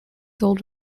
old